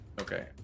Okay